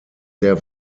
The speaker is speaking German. sehr